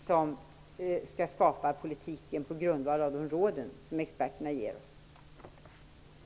Vi skall skapa politiken på grundval av de råd som experterna ger oss.